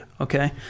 okay